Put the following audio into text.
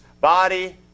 body